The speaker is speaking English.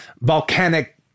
volcanic